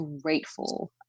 grateful